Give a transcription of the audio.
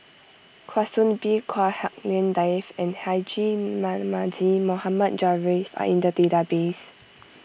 Kwa Soon Bee Chua Hak Lien Dave and Haji Namazie Mohamed Javad are in the database